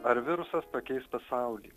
ar virusas pakeis pasaulį